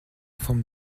forme